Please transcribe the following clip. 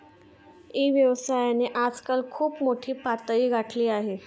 E व्यवसायाने आजकाल खूप मोठी पातळी गाठली आहे